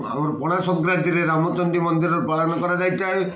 ଆମର ପଣା ସଂକ୍ରାନ୍ତିରେ ରାମଚଣ୍ଡୀ ମନ୍ଦିରର ପାଳନ କରାଯାଇଥାଏ